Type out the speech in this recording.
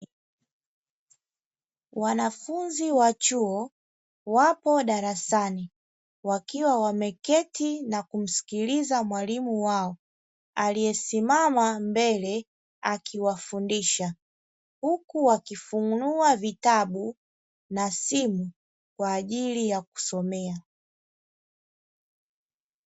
Wanafunzi wa chuo wapo darasani, wakiwa wameketi na kumsikiliza mwalimu wao, aliyesimama mbele akiwafundisha, huku wakifunua vitabu, na simu kwa ajili ya kusomea.